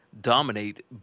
dominate